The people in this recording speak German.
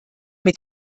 mit